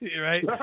right